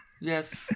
yes